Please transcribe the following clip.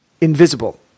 invisible